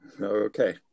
Okay